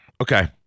Okay